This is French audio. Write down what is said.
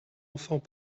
enfants